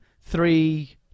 three